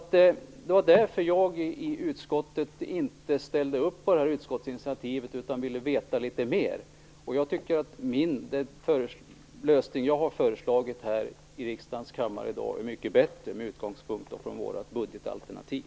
Det var därför jag i utskottet inte ställde upp på utskottsinitiativet utan ville veta litet mer. Jag tycker att den lösning jag har föreslagit här i riksdagens kammare i dag är mycket bättre, med utgångspunkt från vårt budgetalternativ.